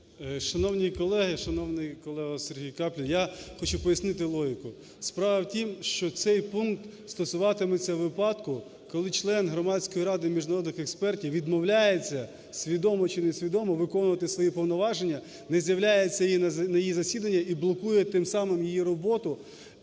Шановні колеги! Шановний колего Сергій Каплін! Я хочу пояснити логіку. Справа в тім, що цей пункт стосуватиметься випадку, коли член Громадської ради міжнародних експертів відмовляється (свідомо чи несвідомо) виконувати свої повноваження, не з'являється на її засідання і блокує тим самим її роботу.